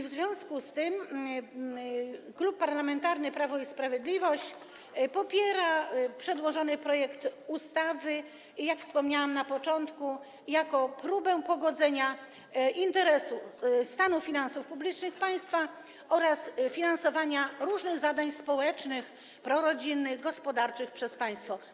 W związku z tym Klub Parlamentarny Prawo i Sprawiedliwość popiera przedłożony projekt ustawy, jak wspomniałam na początku, jako próbę pogodzenia interesu stanu finansów publicznych państwa oraz finansowania różnych zadań społecznych, prorodzinnych, gospodarczych przez państwo.